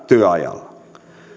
työajalla